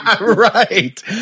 Right